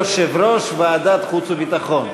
יושב-ראש ועדת החוץ והביטחון,